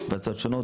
הצעות שונות,